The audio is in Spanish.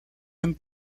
han